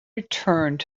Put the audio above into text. returned